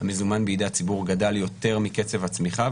המזומן בידי הציבור גדל יותר מקצב הצמיחה.